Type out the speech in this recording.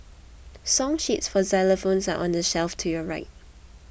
song sheets for xylophones are on the shelf to your right